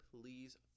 please